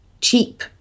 cheap